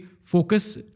focus